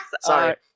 Sorry